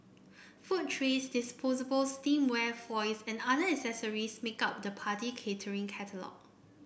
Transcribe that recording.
food trays disposable stemware foils and other accessories make up the party catering catalogue